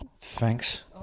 Thanks